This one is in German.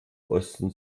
osten